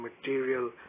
material